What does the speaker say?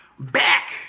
Back